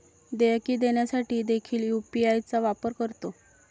देयके देण्यासाठी देखील यू.पी.आय चा वापर करतो